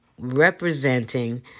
representing